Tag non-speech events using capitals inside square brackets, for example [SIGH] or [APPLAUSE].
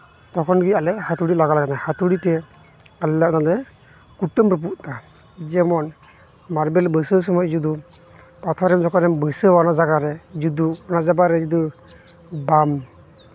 ᱛᱚᱠᱷᱚᱱ ᱜᱮ ᱟᱞᱮ ᱦᱟᱹᱛᱩᱲᱤ ᱞᱟᱜᱟᱣ ᱞᱮᱭᱟ ᱦᱟᱹᱛᱩᱲᱤ ᱛᱮ ᱟᱞᱞᱮ ᱚᱱᱟᱞᱮ ᱠᱩᱴᱟᱹᱢ ᱨᱟᱹᱯᱩᱫ ᱫᱟ ᱡᱮᱢᱚᱱ ᱢᱟᱨᱵᱮᱞ ᱵᱟᱹᱭᱥᱟᱹᱣ ᱥᱚᱢᱚᱭ ᱡᱩᱫᱤ ᱯᱟᱛᱷᱚᱨ ᱮᱢ ᱵᱟᱹᱭᱥᱟᱹᱣᱟ ᱚᱱᱟ ᱡᱟᱭᱜᱟᱨᱮ [UNINTELLIGIBLE] ᱵᱟᱢ